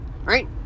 Right